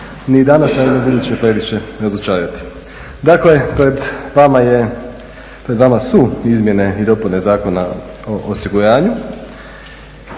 ni danas a ni ubuduće previše razočarati. Dakle, pred vama su izmjene i dopune Zakona o osiguranju.